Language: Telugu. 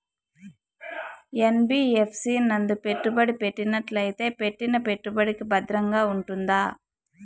యన్.బి.యఫ్.సి నందు పెట్టుబడి పెట్టినట్టయితే పెట్టిన పెట్టుబడికి భద్రంగా ఉంటుందా?